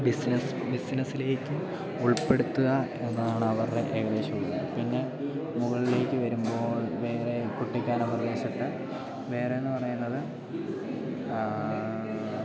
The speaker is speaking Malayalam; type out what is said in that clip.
ബിസിനസ്സ് ബിസിനസ്സിലേക്ക് ഉൾപ്പെടുത്തുക എന്നതാണ് അവരുടെ ഏകദേശം പിന്നെ മുകളിലേക്ക് വരുമ്പോൾ വേറെ കുട്ടിക്കാന പ്രദേശത്ത് വേറെയെന്നു പറയുന്നത്